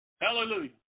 Hallelujah